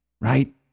right